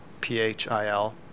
P-H-I-L